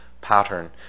pattern